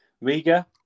Riga